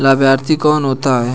लाभार्थी कौन होता है?